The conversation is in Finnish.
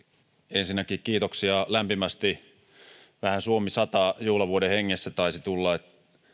ensinnäkin kiitoksia lämpimästi vähän suomi sata juhlavuoden hengessä taisi tulla